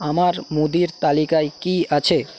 আমার মুদির তালিকায় কি আছে